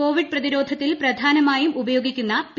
Covid പ്രതിരോധത്തിൽ പ്രധാനമായും ഉപയോഗിക്കുന്ന പി